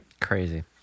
crazy